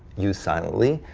used silently,